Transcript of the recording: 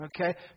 okay